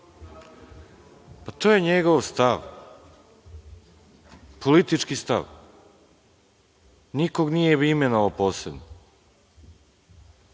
To je njegov stav, politički stav, nikog nije imenovao posebno. Po